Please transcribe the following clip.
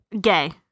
gay